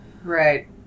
Right